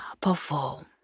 perform